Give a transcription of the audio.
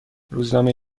روزنامه